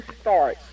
start